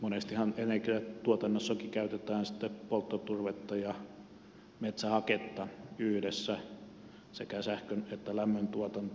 monestihan energiantuotannossakin käytetään polttoturvetta ja metsähaketta yhdessä sekä sähkön että lämmön tuotantoon